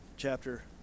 chapter